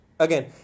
Again